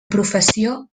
professió